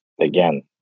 Again